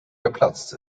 geplatzt